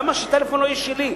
למה שהטלפון לא יהיה שלי,